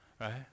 right